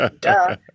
duh